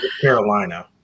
Carolina